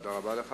תודה רבה לך.